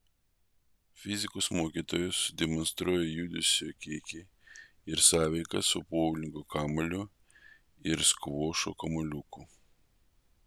fizikos mokytojas demonstruoja judesio kiekį ir sąveiką su boulingo kamuoliu ir skvošo kamuoliuku